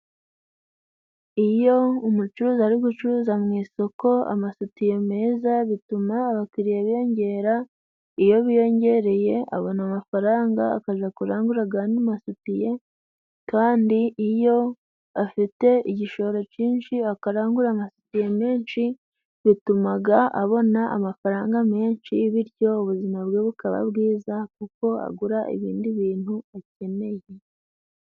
Iyo umucuruzi ari gucuruza mu isoko amasutiye meza, bituma abakiriya biyongera, iyo biyongereye abona amafaranga, akaja kurangura amasutiye, kandi iyo afite igishoro cyinshi, akarangura amatiye menshi, bitumaga abona amafaranga menshi, bityo ubuzima bwe bukaba bwiza, kuko agura ibindi bintu akeneye.